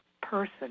person